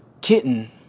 kitten